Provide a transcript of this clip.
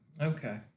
Okay